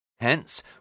Hence